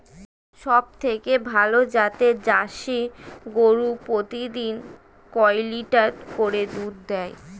সবথেকে ভালো জাতের জার্সি গরু প্রতিদিন কয় লিটার করে দুধ দেয়?